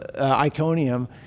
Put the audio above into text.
Iconium